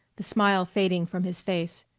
the smile fading from his face.